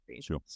Sure